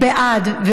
מי בעד?